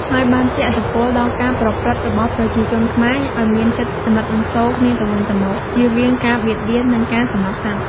ហើយបានជះឥទ្ធិពលដល់ការប្រព្រឹត្តរបស់ប្រជាជនខ្មែរឱ្យមានចិត្តអាណិតអាសូរគ្នាទៅវិញទៅមក ចៀសវាងការបៀតបៀន និងការសម្លាប់សត្វ។